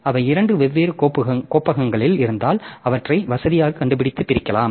அவை இரண்டு வெவ்வேறு கோப்பகங்களில் இருந்தால் அவற்றை வசதியாக கண்டுபிடித்து பிரிக்கலாம்